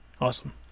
awesome